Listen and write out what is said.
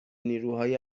نیروهای